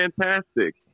fantastic